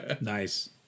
Nice